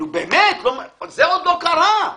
נו באמת, זה עוד לא קרה.